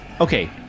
Okay